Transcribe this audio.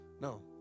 No